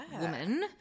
woman